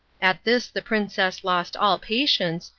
at this the princess lost all patience,